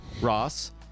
Ross